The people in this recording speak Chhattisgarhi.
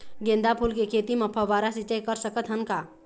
गेंदा फूल के खेती म फव्वारा सिचाई कर सकत हन का?